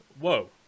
Whoa